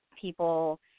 people